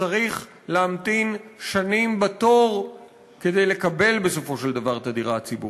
צריך להמתין שנים בתור כדי לקבל בסופו של דבר את הדירה הציבורית.